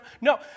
No